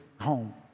home